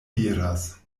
diras